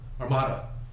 armada